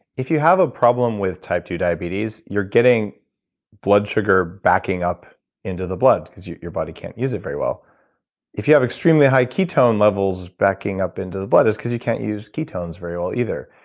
if you have a problem with type two diabetes, you're getting blood sugar backing up into the blood because your body can't use it very well if you have extremely high ketone levels backing up into the blood, it's because you can't use ketones very well, either.